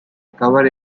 acabar